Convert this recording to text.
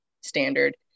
standard